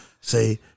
say